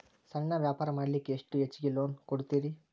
ಸಣ್ಣ ವ್ಯಾಪಾರ ಮಾಡ್ಲಿಕ್ಕೆ ಎಷ್ಟು ಹೆಚ್ಚಿಗಿ ಲೋನ್ ಕೊಡುತ್ತೇರಿ?